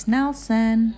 Nelson